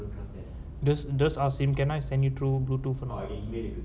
does does asked him can I send you through bluetooth or not